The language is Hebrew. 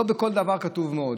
לא בכל דבר כתוב "מאוד".